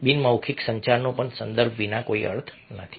બિનમૌખિક સંચારનો પણ સંદર્ભ વિના કોઈ અર્થ નથી